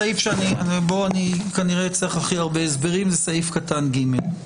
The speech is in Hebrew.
סעיף שבו אני כנראה אצטרך הסברים רבים וזה סעיף קטן (ג).